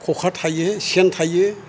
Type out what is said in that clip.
खखा थायो सेन थायो